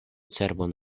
cerbon